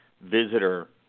visitor